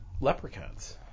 leprechauns